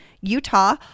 Utah